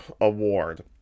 Award